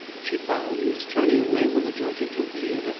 she bowed and was turning away when the judge intervened.